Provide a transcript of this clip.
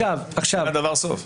אין לדבר סוף.